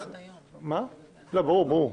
--- ברור.